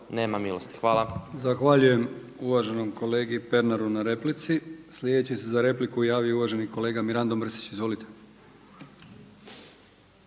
Milijan (HDZ)** Zahvaljujem uvaženom kolegi Pernaru na replici. Sljedeći se za repliku javio uvaženi kolega Mirando Mrsić. Izvolite.